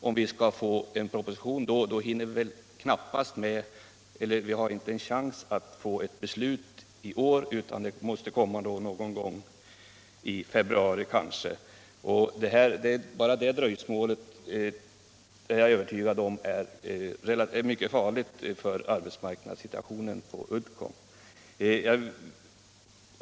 Om propositionen kommer i månadsskiftet har vi inte en chans att fatta ett beslut i år, utan det måste då komma kanske någon gång i februari. Bara det dröjsmålet är mycket farligt för situationen på Uddcomb och för arbetsmarknadssituationen i Karlskrona.